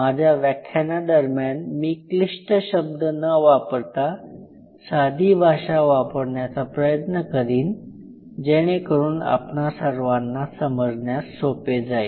माझ्या व्याख्यानादरम्यान मी क्लिष्ट शब्द न वापरता साधी भाषा वापरण्याचा प्रयत्न करीन जेणेकरून आपणा सर्वाना समजण्यास सोपे जाईल